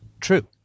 true